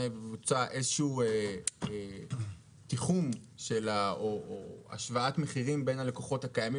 יבוצע איזה שהוא תיחום או השוואת מחירים בין הלקוחות הקיימים